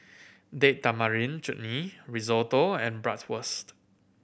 Date Tamarind Chutney Risotto and Bratwurst